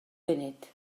funud